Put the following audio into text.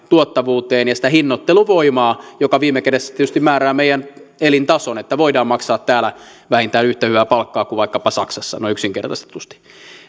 tuottavuuteen ja sitä hinnoitteluvoimaa joka viime kädessä tietysti määrää meidän elintason että voidaan maksaa täällä vähintään yhtä hyvää palkkaa kuin vaikkapa saksassa noin yksinkertaistetusti